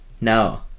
No